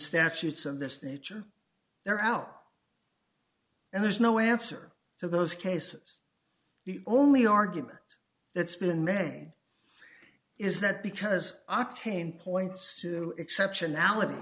statutes of this nature they're out and there's no answer to those cases the only argument that's been men is that because octane points to exceptional